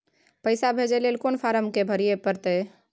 पैसा भेजय लेल कोन फारम के भरय परतै?